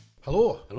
Hello